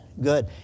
good